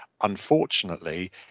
unfortunately